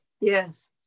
yes